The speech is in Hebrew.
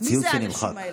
מי זה "האנשים האלה"?